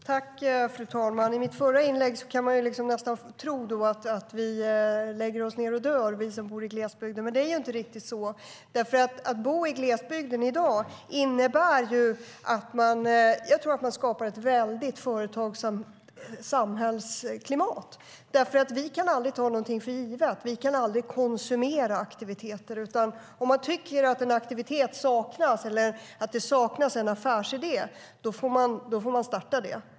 Fru talman! Av mitt förra inlägg kan man nästan tro att vi som bor i glesbygden lägger oss ned och dör, men det är inte riktigt så. Att bo i glesbygden i dag tror jag innebär att man skapar ett väldigt företagsamt samhällsklimat, för vi kan aldrig ta någonting för givet. Vi kan aldrig konsumera aktiviteter, utan om man tycker att en aktivitet saknas eller att det saknas en affärsidé får man själv starta det.